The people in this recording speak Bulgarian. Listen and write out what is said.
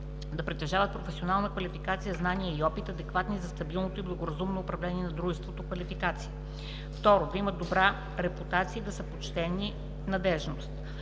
да притежават професионална квалификация, знания и опит, адекватни за стабилното и благоразумно управление на дружеството (квалификация); 2. да имат добра репутация и да са почтени (надеждност).